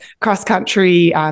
cross-country